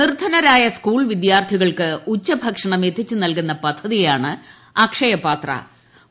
നിർദ്ധനരായ school വിദ്യാർത്ഥികൾക്ക് ഉച്ചഭക്ഷണം എത്തിച്ചു നൽകുന്ന പദ്ധതിയാണ് അക്ഷയ്പാത്ര്